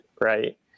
right